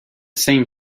same